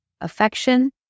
affection